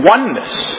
Oneness